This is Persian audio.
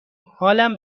حالم